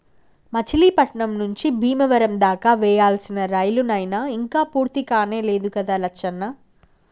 మచిలీపట్నం నుంచి బీమవరం దాకా వేయాల్సిన రైలు నైన ఇంక పూర్తికానే లేదు గదా లచ్చన్న